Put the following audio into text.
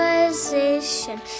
position